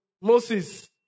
Moses